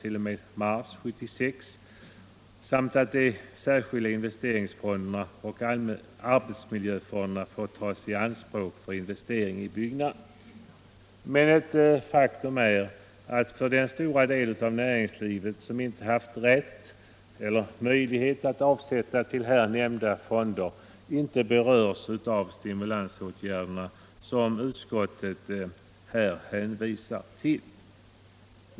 0. m. mars månad 1976 samt att de särskilda investeringsfonderna och arbetsmiljöfonderna får tas i anspråk för investering i byggnader. Men ett faktum är att den stora del av näringslivet som inte haft rätt eller möjlighet att avsätta till här nämnda fonder inte berörs av de stimulansåtgärder som utskottet hänvisar till.